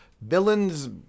Villains